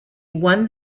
won